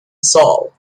saul